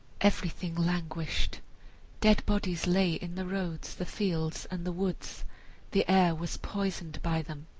everything languished dead bodies lay in the roads, the fields, and the woods the air was poisoned by them,